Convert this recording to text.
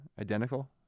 identical